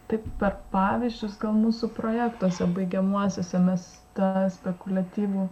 taip per pavyzdžius gal mūsų projektuose baigiamuosiuose mes tą spekuliatyvų